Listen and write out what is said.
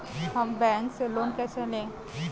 हम बैंक से लोन कैसे लें?